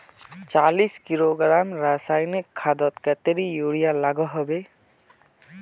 चालीस किलोग्राम रासायनिक खादोत कतेरी यूरिया लागोहो होबे?